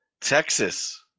texas